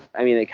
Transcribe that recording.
i mean, like